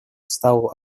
уставу